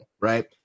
right